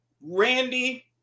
Randy